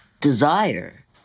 desire